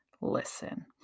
listen